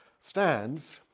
stands